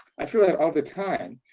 i feel that all the time.